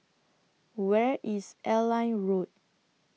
Where IS Airline Road